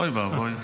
אוי ואבוי.